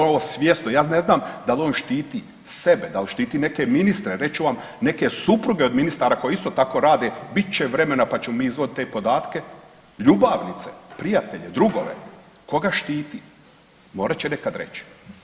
On ovo svjesno, ja ne znam dal on štiti sebe, dal štiti neke ministre, reću vam neke supruge od ministara koje isto tako rade bit će vremena pa ćemo izvaditi te podatke, ljubavnice, prijatelje, drugove koga štiti morat će nekad reć.